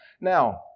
Now